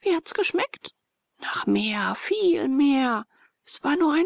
wie hat's geschmeckt nach mehr viel mehr es war nur ein